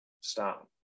stop